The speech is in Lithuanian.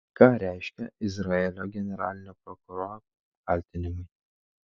ką reiškia izraelio generalinio prokuroro kaltinimai